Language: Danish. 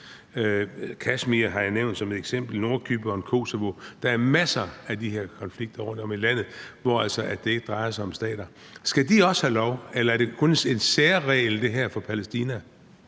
Kashmir har jeg nævnt som et eksempel. Nordcypern, Kosovo – der er masser af de her konfliktområder rundt om i verden, hvor det altså ikke drejer sig om stater. Skal de også have lov, eller er det her kun en særregel for Palæstina?